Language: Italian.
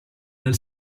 del